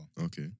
Okay